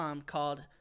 called